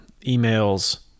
emails